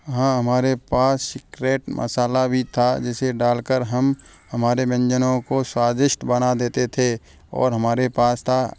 हाँ हमारे पास एक रेड मसाला भी था जिसे डाल कर हम हमारे व्यंजनों को स्वादिष्ट बना देते थे और हमारे पास था